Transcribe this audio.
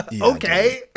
Okay